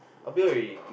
appeal already